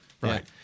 right